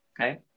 Okay